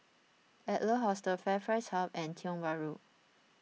Adler Hostel FairPrice Hub and Tiong Bahru